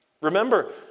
Remember